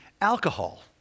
Alcohol